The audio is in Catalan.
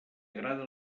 agrada